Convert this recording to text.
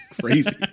Crazy